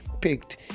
picked